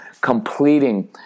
completing